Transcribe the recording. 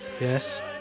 yes